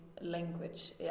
language